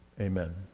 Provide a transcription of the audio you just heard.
Amen